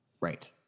Right